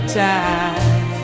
time